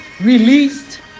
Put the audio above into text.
released